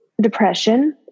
depression